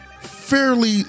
fairly